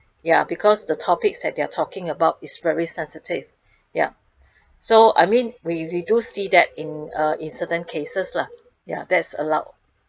ya because the topics that they are talking about is very sensitive ya so I mean we we do see that in uh in certain cases lah ya that's allowed